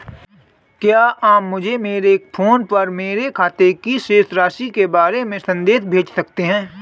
क्या आप मुझे मेरे फ़ोन पर मेरे खाते की शेष राशि के बारे में संदेश भेज सकते हैं?